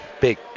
Big